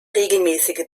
regelmäßige